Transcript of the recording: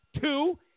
Two